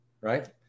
right